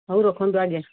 ହଉ ରଖନ୍ତୁ ଆଜ୍ଞା